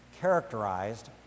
characterized